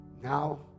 Now